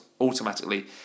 automatically